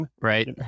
Right